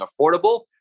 affordable